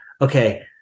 Okay